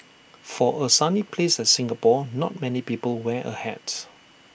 for A sunny place like Singapore not many people wear A hat